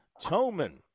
Toman